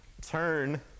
turn